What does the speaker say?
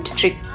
trick